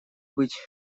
быть